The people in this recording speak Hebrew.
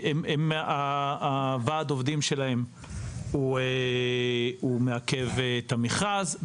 ועד העובדים שלהם מעכב את המכרז.